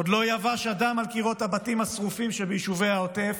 עוד לא יבש הדם על קירות הבתים השרופים שביישובי העוטף,